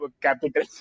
Capital